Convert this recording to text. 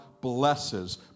blesses